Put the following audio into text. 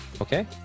Okay